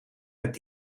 met